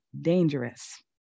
Dangerous